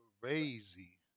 crazy